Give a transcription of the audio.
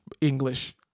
English